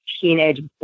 teenage